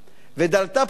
דלתה פתוחה